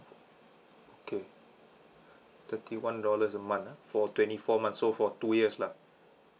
okay thirty one dollars a month ah for twenty four months so for two years lah